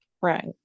Right